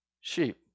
sheep